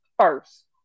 first